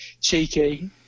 cheeky